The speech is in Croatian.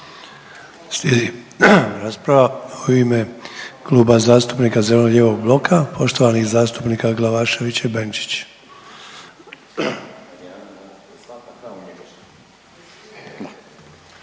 Slijedi rasprava u ime Kluba zastupnika zeleno-lijevog bloka, poštovanih zastupnika Glavaševića i Benčić.